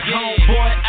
Homeboy